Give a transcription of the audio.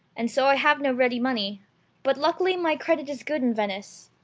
and so i have no ready money but luckily my credit is good in venice,